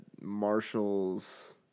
Marshall's